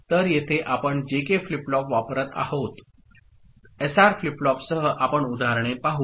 तर येथे आपण जेके फ्लिप फ्लॉप वापरत आहोत एसआर फ्लिप फ्लॉपसह आपण उदाहरणे पाहू